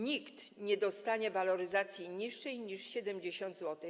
Nikt nie dostanie waloryzacji niższej niż 70 zł.